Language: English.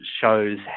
shows